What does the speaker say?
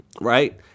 right